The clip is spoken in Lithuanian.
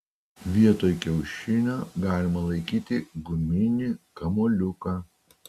vietoj kiaušinio galima laikyti guminį kamuoliuką